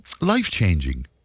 life-changing